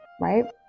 Right